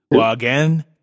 again